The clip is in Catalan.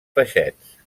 peixets